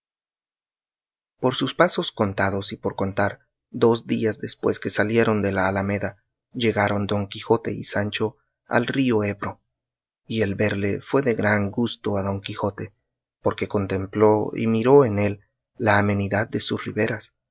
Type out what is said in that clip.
por sus pasos contados y por contar dos días después que salieron de la alameda llegaron don quijote y sancho al río ebro y el verle fue de gran gusto a don quijote porque contempló y miró en él la amenidad de sus riberas